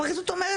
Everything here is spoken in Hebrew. הפרקליטות אמרה